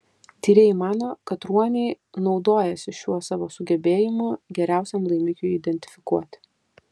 tyrėjai mano kad ruoniai naudojasi šiuo savo sugebėjimu geriausiam laimikiui identifikuoti